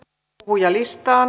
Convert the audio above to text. sitten puhujalistaan